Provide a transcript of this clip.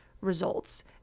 results